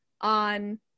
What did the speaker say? on